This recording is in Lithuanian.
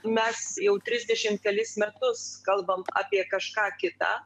mes jau trisdešim kelis metus kalbam apie kažką kitą